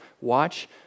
Watch